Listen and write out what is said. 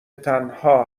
تنها